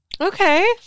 Okay